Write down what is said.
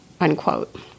unquote